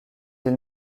îles